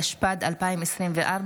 התשפ"ג 2024,